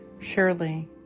Surely